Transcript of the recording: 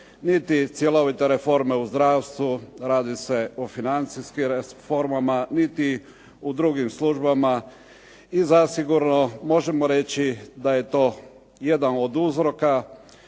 niti cjelovita reforma u zdravstvu, radi se o financijskim reformama, niti u drugim službama i zasigurno možemo reći da je to jedan od uzroka,